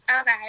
Okay